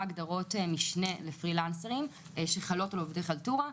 הגדרות משנה לפרילנסרים שחלות על עובדי חלטורה.